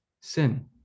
sin